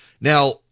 Now